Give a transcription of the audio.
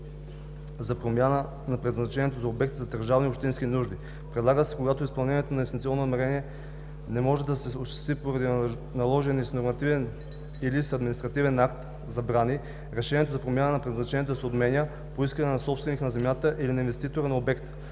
за промяна на предназначението за обекти за държавни и общински нужди. Предлага се, когато изпълнението на инвестиционно намерение не може да се осъществи поради наложени с нормативен или с административен акт забрани, решението за промяна на предназначението да се отменя по искане на собственика на земята или на инвеститора на обекта,